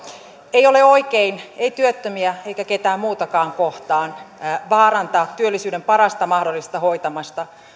ei ole oikein ei työttömiä eikä ketään muutakaan kohtaan vaarantaa työllisyyden parasta mahdollista hoitamista